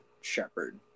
shepherd